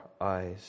eyes